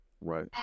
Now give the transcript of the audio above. right